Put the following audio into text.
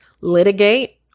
litigate